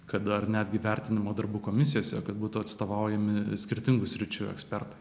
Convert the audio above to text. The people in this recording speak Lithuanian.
kad dar netgi vertinimo darbų komisijose kad būtų atstovaujami skirtingų sričių ekspertai